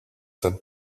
sent